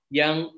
yang